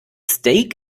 steak